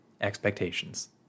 expectations